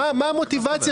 אני חושב שלא.